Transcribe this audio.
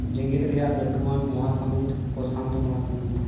ᱡᱮᱜᱮᱫ ᱨᱮᱭᱟᱜ ᱞᱟᱹᱴᱩᱣᱟᱱ ᱢᱚᱦᱟᱥᱟᱢᱩᱫᱽ ᱯᱚᱨᱥᱟᱱᱛᱚ ᱢᱚᱦᱟᱥᱟᱹᱢᱩᱫᱽ